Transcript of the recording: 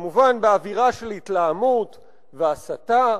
כמובן באווירה של התלהמות והסתה,